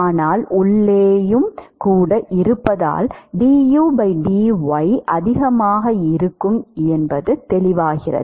ஆனால் உள்ளேயும் கூட இருப்பதால் du dy அதிகமாக இருக்கும் என்பது தெளிவாகிறது